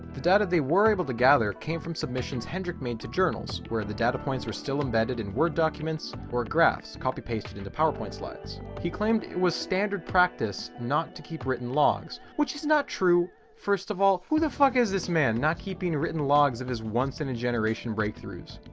the data they were able to gather came from submissions hendrik made to journals where the data points were still embedded in word documents, or graphs copy pasted into powerpoint slides. he claimed it was standard practice not to keep written logs which is not true, first of all who the is this man not keeping written logs of his once in a generation breakthroughs?